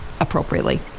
appropriately